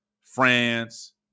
France